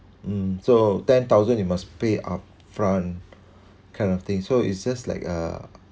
mm so ten thousand you must pay upfront kind of thing so it's just like uh